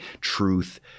truth